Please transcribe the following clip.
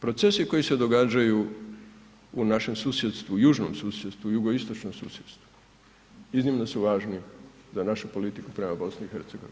Procesi koji se događaju u našem susjedstvu, južnom susjedstvu, jugoistočnom susjedstvu iznimno su važni za našu politiku prema BiH.